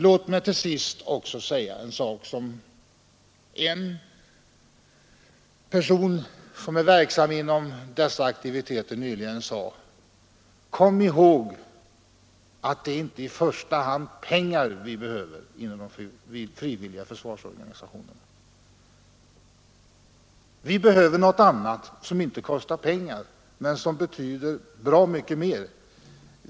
Låt mig till sist också upprepa vad en person som är verksam inom dessa aktiviteter nyligen sade: ”Kom ihåg att det inte i första hand är pengar vi behöver inom de frivilliga försvarsorganisationerna. Vi behöver något annat, som inte kostar pengar, men som betyder bra mycket mer.